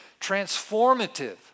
transformative